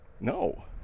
no